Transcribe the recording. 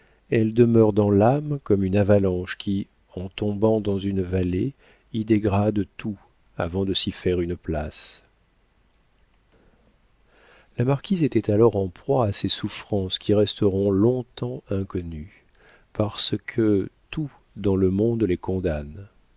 elles demeurent dans l'âme comme une avalanche en tombant dans une vallée y dégrade tout avant de s'y faire une place la marquise était alors en proie à ces souffrances qui resteront long-temps inconnues parce que tout dans le monde les condamne